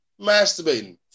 masturbating